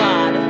God